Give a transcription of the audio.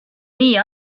nii